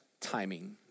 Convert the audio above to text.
timing